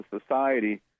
society